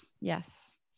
Yes